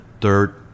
third